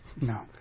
No